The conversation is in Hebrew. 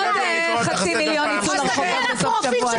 עוד חצי מיליון יצאו לרחובות בסוף השבוע הזה.